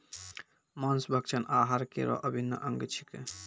मांस भक्षण आहार केरो अभिन्न अंग छिकै